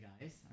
guys